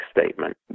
statement